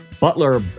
Butler